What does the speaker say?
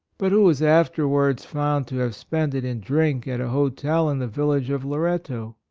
but who was afterwards found to have spent it in drink at a hotel in the village of loretto.